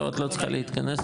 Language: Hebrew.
ואת לא צריכה להתכנס,